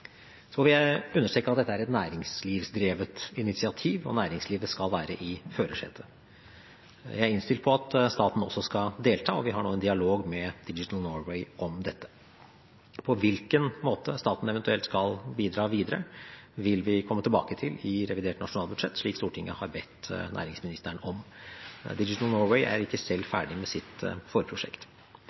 Jeg vil understreke at dette er et næringslivsdrevet initiativ, og næringslivet skal være i førersetet. Jeg er innstilt på at staten også skal delta, og vi har nå en dialog med Digital Norway om dette. På hvilken måte staten eventuelt skal bidra videre, vil vi komme tilbake til i revidert nasjonalbudsjett, slik Stortinget har bedt næringsministeren om. Digital Norway er ikke selv ferdig med sitt forprosjekt.